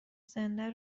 زنده